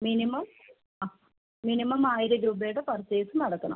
minimum minimum ആയിരം രൂപേടെ purchase നടത്തണം